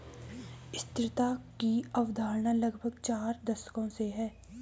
स्थिरता की अवधारणा लगभग चार दशकों से है